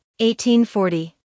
1840